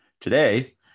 Today